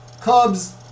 Cubs